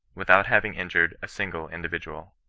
without having injured a single individual.